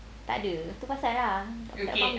tak ada tu pasal ah